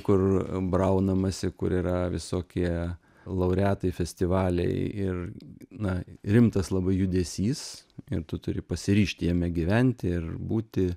kur braunamasi kur yra visokie laureatai festivaliai ir na rimtas labai judesys ir tu turi pasiryžti jame gyventi ir būti